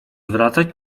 zwracać